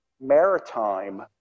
maritime